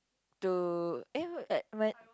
to eh wait whe~